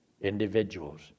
individuals